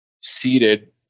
seated